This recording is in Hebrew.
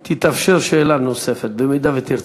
ותתאפשר לך שאלה נוספת אם תרצה.